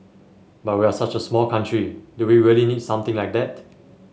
but we're such a small country do we really need something like that